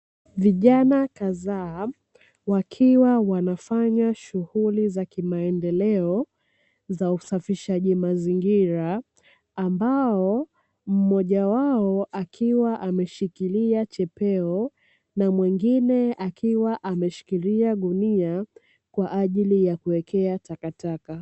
Vijana kadhaa wakiwa wanafanya shughuli za kimaendeleo za usafishaji mazingira, ambao mmoja wao akiwa ameshikilia chepeo na mwingine akiwa ameshikilia gunia kwa ajili ya kuwekea takataka.